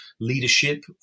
leadership